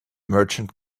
merchant